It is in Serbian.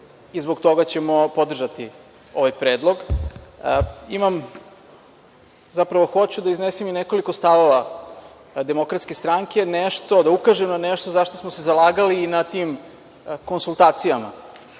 i zbog toga ćemo podržati ovaj predlog. Imam, zapravo hoću da iznesem i nekoliko stavova DS, da ukažem na nešto za šta smo se zalagali i na tim konsultacijama.